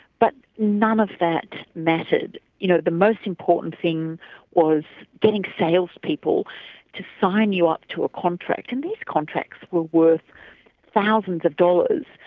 but none of that mattered. you know the most important thing was getting salespeople to sign you up to a contract. and these contracts were worth thousands of dollars,